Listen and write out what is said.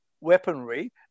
weaponry